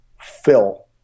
fill